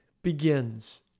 Begins